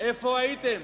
איפה הייתם?